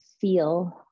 feel